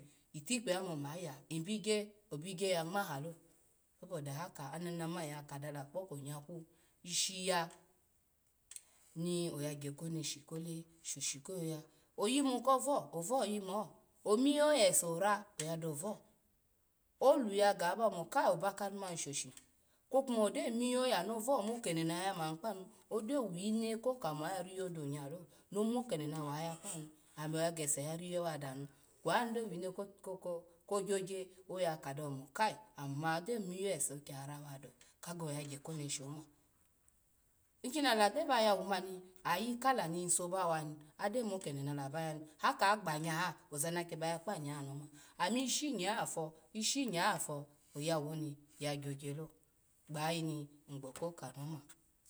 Itkpi ome omaya ibigya obigya ya ngmaha lo, soboda haka ananam hin ya kadala kpoko nyaku, ishi ya no yagya koneshi ko le shoshi ko yoya, oyimu kovu ovu ya yimuho omiyo oye ese ora oya dovk olu yaga aba mo kal oba kanu ma shoshi kokuma omiyo oye anovu mo kede no yaya ma kpanu, ogyo wino ma riyo do nyelo no mo kede nowu yaya kpa nu, owo ya kese yawa riyo wadanu kweyi nu gyo winokoko gyo gya akado mu kai ami ma ogyo miyo ese oya wa ra dawo, kadani oyagya ko neshi oma ikoni ala gyo ba yawu mani oyi kala ni yiso ba wani ado mo kede n la ba ni haka gyo gbanya ha oza na ki ba ya kpanya ha noma, amishi nye afo, ishinye, afo iyawu oni yaya gyo gyalo gbayayi ni ny gbo ko ka no ma.